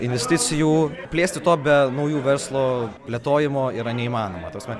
investicijų plėsti to be naujų verslo plėtojimo yra neįmanoma ta prasme